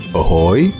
ahoy